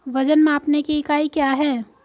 वजन मापने की इकाई क्या है?